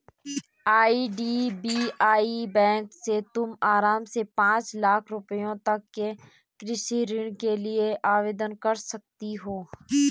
IDBI bank से तुम आराम से पाँच लाख रुपयों तक के कृषि ऋण के लिए आवेदन कर सकती हो